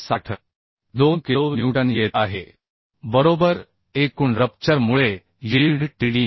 2 kilonewton येत आहे बरोबर एकूण रप्चर मुळे यील्ड Tdn